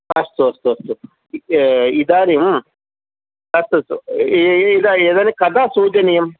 अस्तु अस्तु अस्तु इदानीं तत् इदानीं कदा सूचनीयम्